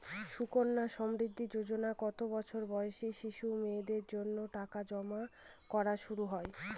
সুকন্যা সমৃদ্ধি যোজনায় কত বছর বয়সী শিশু মেয়েদের জন্য টাকা জমা করা শুরু হয়?